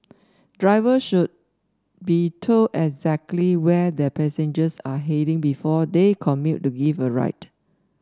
drivers should be told exactly where their passengers are heading before they commit to giving a ride